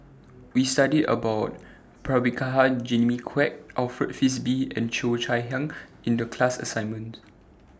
We studied about Prabhakara Jimmy Quek Alfred Frisby and Cheo Chai Hiang in The class assignment